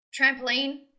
Trampoline